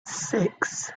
six